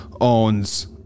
owns